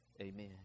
Amen